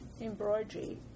embroidery